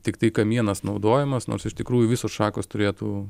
tiktai kamienas naudojamas nors iš tikrųjų visos šakos turėtų